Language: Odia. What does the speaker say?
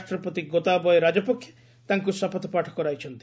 ରାଷ୍ଟ୍ରପତି ଗୋତାବୟ ରାଜପକ୍ଷେ ତାଙ୍କୁ ଶପଥପାଠ କରାଇଛନ୍ତି